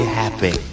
happy